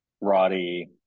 roddy